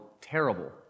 terrible